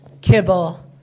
Kibble